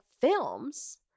films –